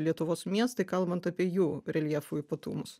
lietuvos miestai kalbant apie jų reljefų ypatumus